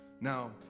Now